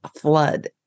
flood